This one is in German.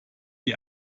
die